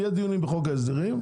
יהיו דיונים בחוק ההסדרים.